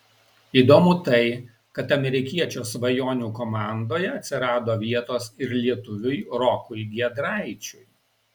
įdomu tai kad amerikiečio svajonių komandoje atsirado vietos ir lietuviui rokui giedraičiui